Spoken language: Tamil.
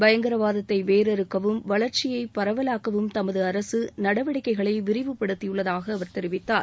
பயங்கரவாதத்தை வேரறுக்கவும் வளர்ச்சியை பரவலாக்கவும் தமது அரசு நடவடிக்கைகளை விரிவுபடுத்தியுள்ளதாக அவர் தெரிவித்தார்